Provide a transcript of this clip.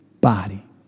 body